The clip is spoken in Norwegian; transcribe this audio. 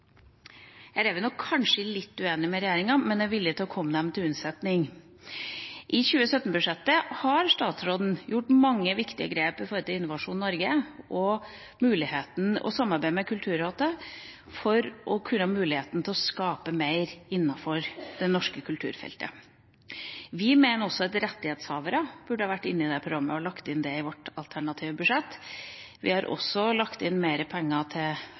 er vi nok kanskje litt uenige med regjeringa, men vi er villige til å komme dem til unnsetning. I 2017-budsjettet har statsråden tatt mange viktige grep overfor Innovasjon Norge – og i samarbeidet med Kulturrådet – for å kunne ha muligheten til å skape mer innenfor det norske kulturfeltet. Vi mener at også rettighetshaverne burde vært inne i det programmet, og vi har lagt inn det i vårt alternative budsjett. Vi har også lagt inn mer penger til